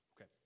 Okay